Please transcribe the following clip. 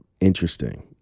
interesting